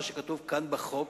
מה שכתוב כאן בחוק,